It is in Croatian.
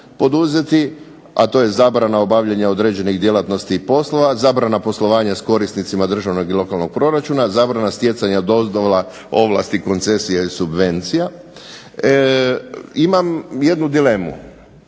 a to je zabrana obavljanja određenih djelatnosti i poslova, zabrana poslovanja s korisnicima državnog i lokalnog proračuna, zabrana stjecanja dozvola ovlasti koncesija i subvencija. Imam jednu dilemu,